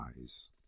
eyes